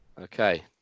Okay